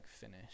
finish